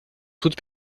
toute